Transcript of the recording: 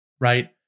right